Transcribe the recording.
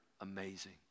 amazing